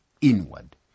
inward